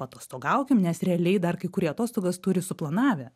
paatostogaukim nes realiai dar kai kurie atostogas turi suplanavę